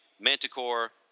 Manticore